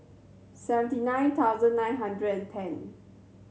seventy nine thousand nine hundred and ten